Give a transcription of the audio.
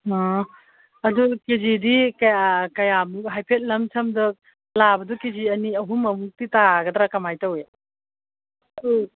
ꯑꯥ ꯑꯗꯨ ꯀꯦ ꯖꯤꯗꯤ ꯀꯌꯥ ꯀꯌꯥꯃꯨꯛ ꯍꯥꯏꯐꯦꯠ ꯂꯝ ꯁꯝꯗ ꯂꯥꯕꯗꯨ ꯀꯦ ꯖꯤ ꯑꯅꯤ ꯑꯍꯨꯝꯃꯨꯛꯇꯤ ꯇꯥꯒꯗ꯭ꯔꯥ ꯀꯃꯥꯏꯅ ꯇꯧꯏ ꯎꯝ